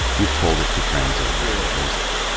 you've told it to friends over the years.